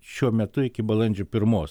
šiuo metu iki balandžio pirmos